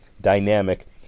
dynamic